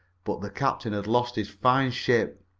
but the captain had lost his fine ship.